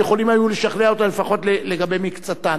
יכולים היו לשכנע אותו לפחות לגבי מקצתם.